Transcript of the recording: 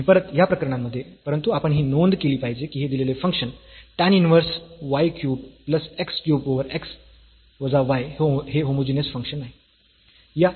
आणि परत ह्या प्रकरणामध्ये परंतु आपण ही नोंद केली पाहिजे की हे दिलेले function tan inverse y cube plus x cube over x वजा y हे होमोजीनियस फंकशन नाही